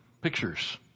pictures